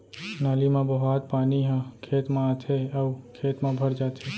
नाली म बोहावत पानी ह खेत म आथे अउ खेत म भर जाथे